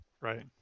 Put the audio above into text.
Right